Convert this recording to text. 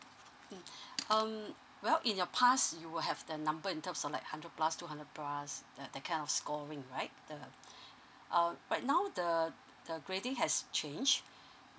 mm um well in your past you will have the number in terms of like hundred plus two hundred plus uh that kind of scoring right the uh right now the the grading has changed